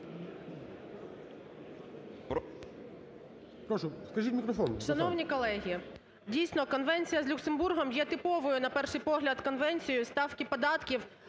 Прошу, кажіть у мікрофон.